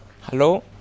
Hello